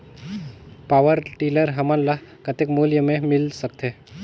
Power tiller हमन ल कतेक मूल्य मे मिल सकथे?